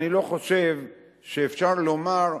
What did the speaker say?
אני לא חושב שאפשר לומר,